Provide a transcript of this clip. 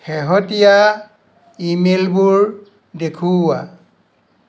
শেহতীয়া ইমেইলবোৰ দেখুওৱা